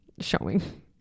showing